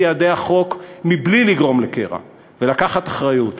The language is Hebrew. יעדי החוק בלי לגרום לקרע ולקחת אחריות.